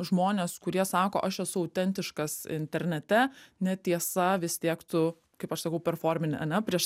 žmonės kurie sako aš esu autentiškas internete netiesa vis tiek tu kaip aš sakau performini ane prieš